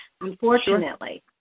unfortunately